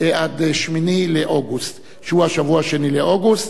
עד 8 באוגוסט, שהוא השבוע השני באוגוסט.